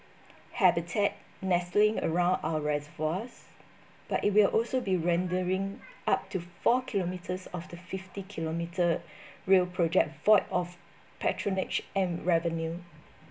habitat nestling around our reservoirs but it will also be rendering up to four kilometres of the fifty kilometer rail project void of patronage and revenue